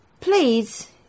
Please